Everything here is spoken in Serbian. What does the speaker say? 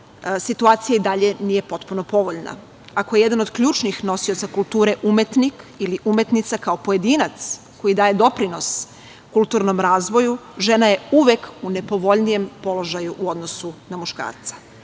situacija i dalje nije potpuno povoljna. Ako jedan od ključnih nosioca kulture umetnik ili umetnica kao pojedinac koji daje doprinos kulturnom razvoju, žena je uvek u nepovoljnijem položaju u odnosu na muškarca. Kada